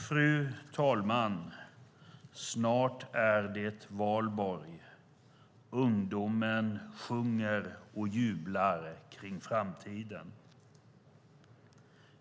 Fru talman! Snart är det valborg. Ungdomen sjunger och jublar om framtiden.